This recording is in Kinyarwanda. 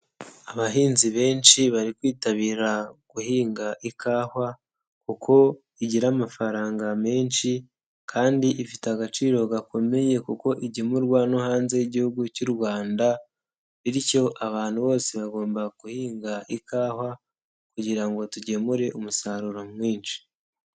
Abahinzi benshi bari kwitabira guhinga ikawa kuko igira amafaranga menshi kandi ifite agaciro gakomeye kuko igemurwa no hanze y'Igihugu cy'u Rwanda, bityo abantu bose bagombaga guhinga ikawa kugira ngo tugemure umusaruro mwinshi.